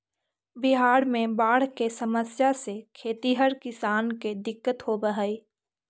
बिहार में बाढ़ के समस्या से खेतिहर किसान के दिक्कत होवऽ हइ